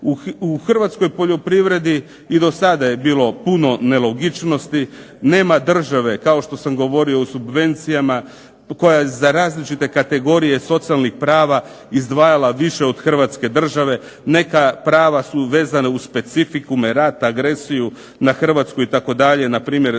U hrvatskoj poljoprivredi i do sada je bilo puno nelogičnosti, nema države kao što sam govorio o subvencijama koja za različite kategorije socijalnih prava izdvajala više od hrvatske države, neka prava su vezana uz specifikume rat, agresiju na Hrvatsku itd., npr.